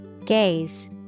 Gaze